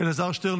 אלעזר שטרן,